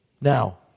Now